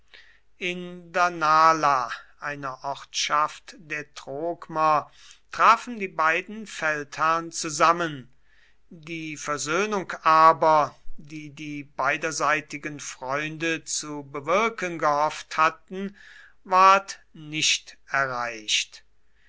in danala einer ortschaft der trokmer trafen die beiden feldherren zusammen die versöhnung aber die die beiderseitigen freunde zu bewirken gehofft hatten ward nicht erreicht